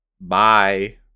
bye